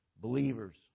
believers